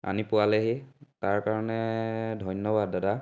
আনি পোৱালেহি তাৰ কাৰণে ধন্যবাদ দাদা